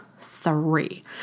three